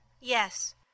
Yes